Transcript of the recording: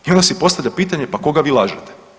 I onda si postavljam pitanje pa koga vi lažete?